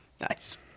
Nice